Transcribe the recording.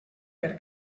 per